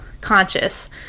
conscious